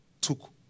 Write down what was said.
took